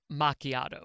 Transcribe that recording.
macchiato